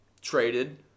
traded